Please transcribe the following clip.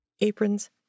aprons